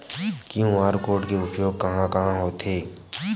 QR code के उपयोग कहां कहां होथे?